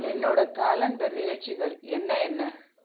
என்னோடய காலண்டர் நிகழ்ச்சிகள் என்ன என்ன